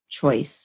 choice